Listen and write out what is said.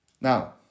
Now